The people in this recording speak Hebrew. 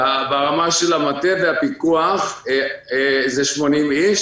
ברמה של המטה והפיקוח זה 80 אנשים,